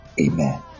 Amen